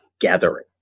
gathering